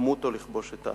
'למות או לכבוש את ההר'".